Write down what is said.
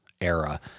era